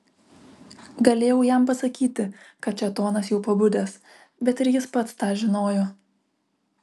galėjau jam pasakyti kad šėtonas jau pabudęs bet ir jis pats tą žinojo